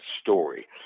story